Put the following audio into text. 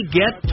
get